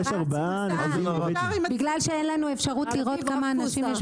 יש ארבעה ------ בגלל שאין לנו אפשרות לראות כמה אנשים יש